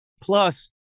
plus